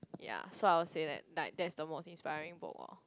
ya so I will say that like that's the most inspiring book lor